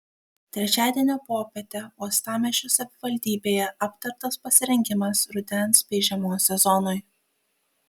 trečiadienio popietę uostamiesčio savivaldybėje aptartas pasirengimas rudens bei žiemos sezonui